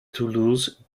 toulouse